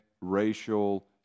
racial